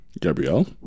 Gabrielle